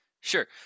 Sure